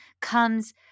comes